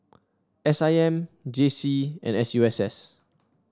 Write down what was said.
S I M J C and S U S S